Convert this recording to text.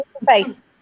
Face